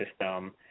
system